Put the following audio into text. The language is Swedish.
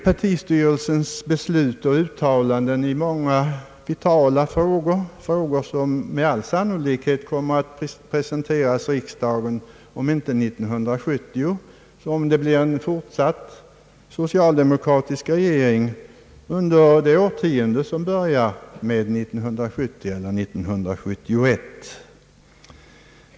Partistyrelsens beslut och uttalanden i många vitala frågor kommer med all sannolikhet att presenteras riksdagen om inte 1970 så — om det blir en fortsatt socialdemokratisk regering — under det årtionde som börjar 1970, eller 1971.